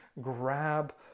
grab